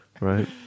right